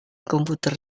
komputer